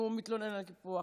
שהוא מתלונן על קיפוח?